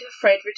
Fred